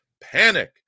panic